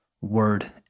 Word